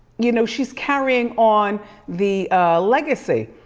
you know, she's carrying on the legacy.